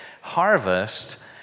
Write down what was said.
harvest